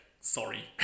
sorry